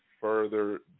further